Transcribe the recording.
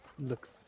look